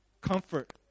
comfort